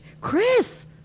Chris